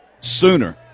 sooner